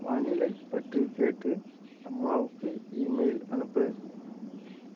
வானிலை பற்றி கேட்டு அம்மாவுக்கு ஈமெயில் அனுப்பு